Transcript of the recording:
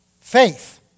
faith